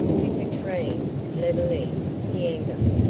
to katrine leveillee d'enghien,